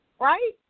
right